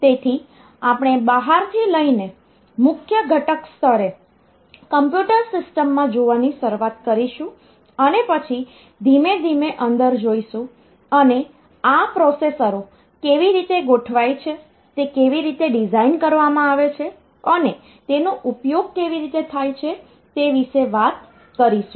તેથી આપણે બહારથી લઈ ને મુખ્ય ઘટક સ્તરે કોમ્પ્યુટર સિસ્ટમમાં જોવાની શરૂઆત કરીશું અને પછી ધીમે ધીમે અંદર જોઈશુ અને આ પ્રોસેસરો કેવી રીતે ગોઠવાય છે તે કેવી રીતે ડિઝાઇન કરવામાં આવે છે અને તેનો ઉપયોગ કેવી રીતે થાય છે તે વિશે વાત કરીશું